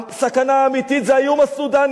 הסכנה האמיתית זה האיום הסודני,